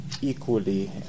equally